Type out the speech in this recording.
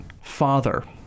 father